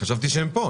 חשבתי שהם פה.